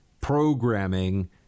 programming